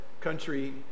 country